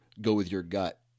go-with-your-gut